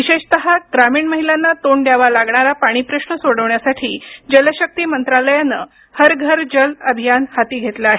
विशेषतः ग्रामीण महिलांना तोंड द्यावा लागणारा पाणीप्रश्न सोडविण्यासाठी जलशक्ती मंत्रालयानं हर घर जल अभियान हाती घेतलं आहे